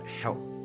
help